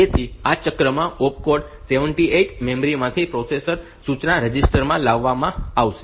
તેથી આ ચક્રમાં ઓપકોડ 78 મેમરી માંથી પ્રોસેસર સૂચના રજીસ્ટર માં લાવવામાં આવશે